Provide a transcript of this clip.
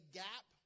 gap